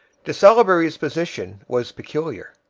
de salaberry's position was peculiar.